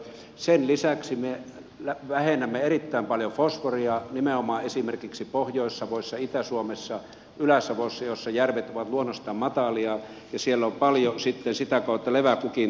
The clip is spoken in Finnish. sen lisäksi me vähennämme erittäin paljon fosforia nimenomaan esimerkiksi pohjois savossa itä suomessa ylä savossa joissa järvet ovat luonnostaan matalia ja siellä on paljon sitten sitä kautta leväkukintoja